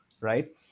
right